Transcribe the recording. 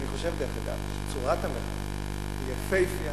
אני חושב, דרך אגב, שצורת המחאה היא יפהפייה.